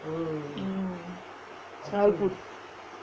mm childhood